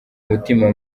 mutima